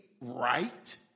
right